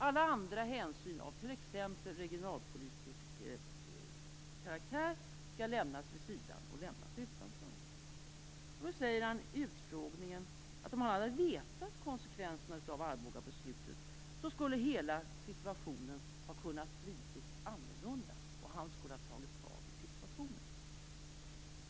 Alla andra hänsyn av t.ex. regionalpolitisk karaktär skall lämnas utanför. I utfrågningen säger han att om han hade vetat vilka konsekvenserna skulle bli av Arbogabeslutet, skulle hela situationen kunnat bli annorlunda och han skulle ha tagit tag i situationen.